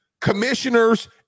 commissioners